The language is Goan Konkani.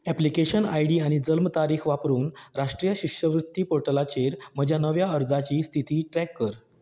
ऍप्लिकेशन आयडी आनी जल्म तारीख वापरून राष्ट्रीय शिश्यवृत्ती पोर्टलाचेर म्हज्या नव्या अर्जाची स्थिती ट्रॅक कर